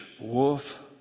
wolf